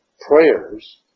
prayers